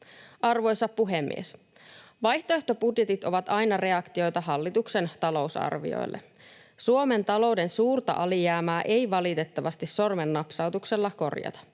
Arvoisa puhemies! Vaihtoehtobudjetit ovat aina reaktioita hallituksen talousarvioille. Suomen talouden suurta alijäämää ei valitettavasti sormen napsautuksella korjata.